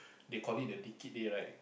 they call it the dicky day right